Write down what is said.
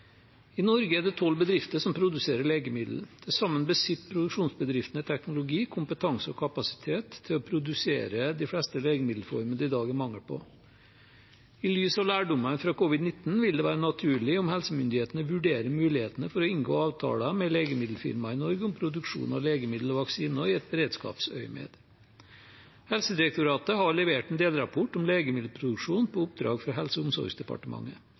I Norge er det tolv bedrifter som produserer legemiddel. Sammen besitter produksjonsbedriftene teknologi, kompetanse og kapasitet til å produsere de fleste legemiddelformene det i dag er mangel på. I lys av lærdommer fra covid-19 vil det være naturlig om helsemyndighetene vurderer mulighetene for å inngå avtaler med legemiddelfirma i Norge om produksjon av legemiddel og vaksiner i beredskapsøyemed. Helsedirektoratet har levert en delrapport om legemiddelproduksjon på oppdrag fra Helse- og omsorgsdepartementet.